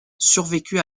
survécut